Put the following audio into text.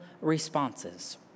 responses